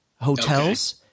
hotels